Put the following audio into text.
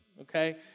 okay